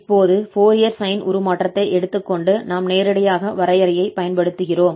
இப்போது Fourier sine உருமாற்றத்தை எடுத்துக் கொண்டு நாம் நேரடியாக வரையறையைப் பயன்படுத்துகிறோம்